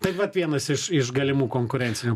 tai vat vienas iš iš galimų konkurencinių